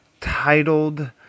titled